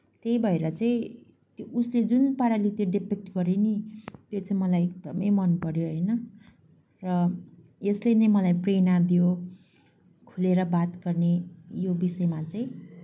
त्यही भएर चाहिँ उसले जुन पाराले त्यो डिपिक्ट गऱ्यो नि त्यो चाहिँ मलाई एकदमै मनपऱ्यो होइन र यसले नै मलाई प्रेरणा दियो खुलेर बात गर्ने यो विषयमा चाहिँ